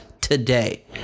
today